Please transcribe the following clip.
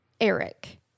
Eric